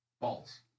Balls